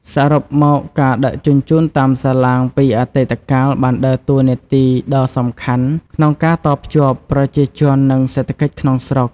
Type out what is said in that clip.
សរុបមក ការដឹកជញ្ជូនតាមសាឡាងពីអតីតកាលបានដើរតួនាទីដ៏សំខាន់ក្នុងការតភ្ជាប់ប្រជាជននិងសេដ្ឋកិច្ចក្នុងស្រុក។